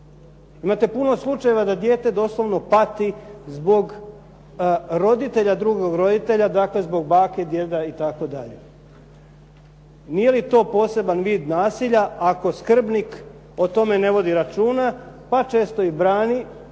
Imate puno slučajeva da dijete doslovno pati zbog roditelja drugog roditelja, dakle zbog bake, djeda itd. Nije li to poseban vid nasilja, ako skrbnik o tome ne vodi računa, pa često i brani,